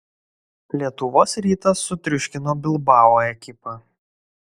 lietuvos rytas sutriuškino bilbao ekipą